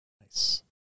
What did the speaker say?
Nice